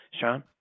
Sean